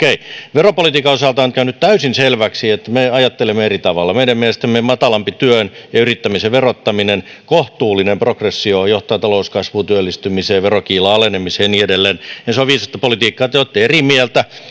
veropolitiikan osalta on käynyt täysin selväksi että me ajattelemme eri tavalla meidän mielestämme matalampi työn ja yrittämisen verottaminen sekä kohtuullinen progressio johtaa talouskasvuun työllistymiseen verokiilan alenemiseen ja niin edelleen ja se on viisasta politiikkaa te olette eri mieltä